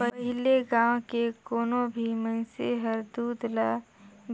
पहिले गाँव के कोनो भी मइनसे हर दूद ल